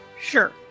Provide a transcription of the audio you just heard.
sure